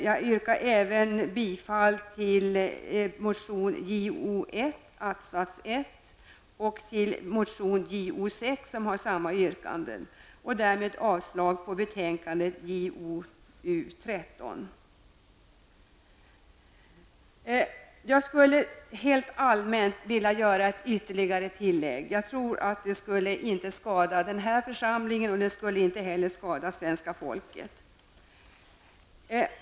Jag yrkar även bifall till yrkande nr 1 i motion Jo1 och till motion Jag vill helt allmänt göra ett ytterligare tillägg. Jag tror att det inte skulle skada denna församling och inte heller svenska folket.